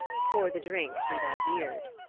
pour the drink through thy beard.